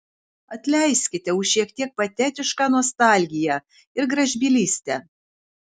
atleiskite už šiek tiek patetišką nostalgiją ir gražbylystę